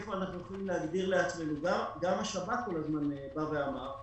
איפה אנחנו יכולים להגדיר לעצמנו - גם השב"כ כל הזמן בא ואמר,